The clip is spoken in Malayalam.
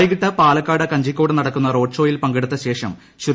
വൈകിട്ട് പാലക്കാട് കഞ്ചിക്കോട്ട് നടക്കുന്ന റോഡ്ഷോയിൽ പങ്കെടുത്ത ശേഷം ശ്രീ